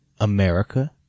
America